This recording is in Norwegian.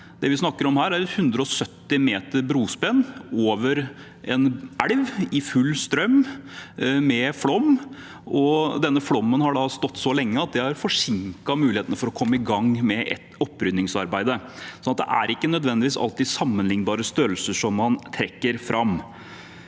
Det vi snakker om her, er et bruspenn på 170 meter over en elv i full strøm, med flom, og denne flommen har stått så lenge at det har forsinket muligheten for å komme i gang med et opprydningsarbeid. Så det er ikke nødvendigvis alltid sammenlignbare størrelser man trekker fram.